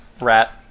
rat